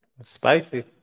spicy